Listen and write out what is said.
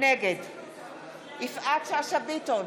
נגד יפעת שאשא ביטון,